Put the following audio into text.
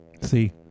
See